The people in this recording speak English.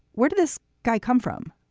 where did this guy come from?